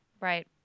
Right